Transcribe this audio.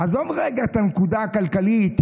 עזוב רגע את הנקודה הכלכלית,